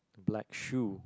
black shoe